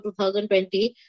2020